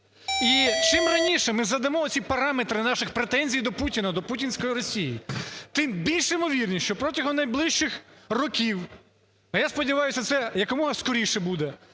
І чим раніше ми задамо оці параметри наших претензій до Путіна, до путінської Росії, тим більша ймовірність, що протягом найближчих років, а, я сподіваюся, це якомога скоріше буде,